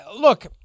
Look